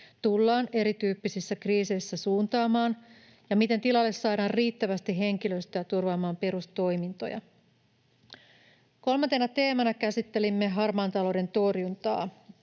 tullaan erityyppisissä kriiseissä suuntaamaan ja miten tilalle saadaan riittävästi henkilöstöä turvaamaan perustoimintoja. Kolmantena teemana käsittelimme harmaan talouden torjuntaa.